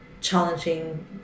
challenging